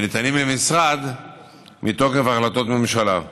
וניתנים למשרד מתוקף החלטות ממשלה.